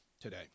today